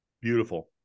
Beautiful